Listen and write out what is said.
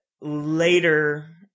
later